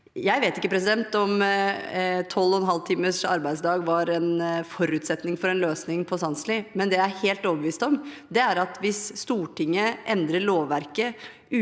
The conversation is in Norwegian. Jeg vet ikke om 12,5-timers arbeidsdag var en forutsetning for en løsning på Sandsli, men det jeg er helt overbevist om, er at hvis Stortinget endrer lovverket